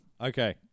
Okay